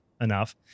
enough